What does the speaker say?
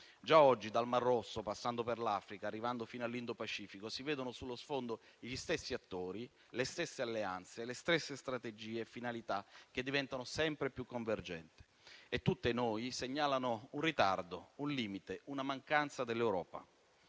Già oggi, dal Mar Rosso, passando per l'Africa, arrivando fino all'Indo-Pacifico, si vedono sullo sfondo gli stessi attori, le stesse alleanze, le stesse strategie e finalità, che diventano sempre più convergenti e a tutti noi segnalano un ritardo, un limite, una mancanza dell'Europa.